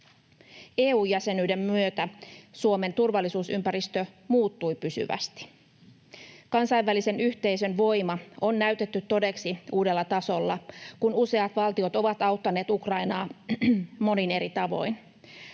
EU-jäsenyyden myötä Suomen turvallisuusympäristö muuttui pysyvästi. Kansainvälisen yhteisön voima on näytetty todeksi uudella tasolla, kun useat valtiot ovat auttaneet Ukrainaa monin eri tavoin.